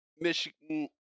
Michigan